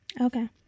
Okay